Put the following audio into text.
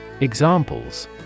Examples